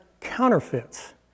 counterfeits